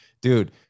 dude